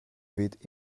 weht